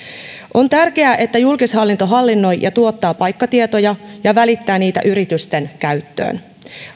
on tärkeää että julkishallinto hallinnoi ja tuottaa paikkatietoja ja välittää niitä yritysten käyttöön